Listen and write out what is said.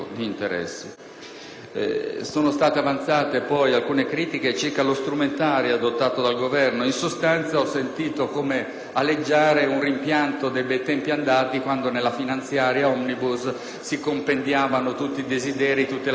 Sono state avanzate poi alcune critiche circa lo strumentario adottato dal Governo. In sostanza ho sentito come aleggiare un rimpianto dei bei tempi andati, quando nella finanziaria *omnibus* si compendiavano tutti i desideri, tutte le aspirazioni; una sorta di